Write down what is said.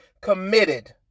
committed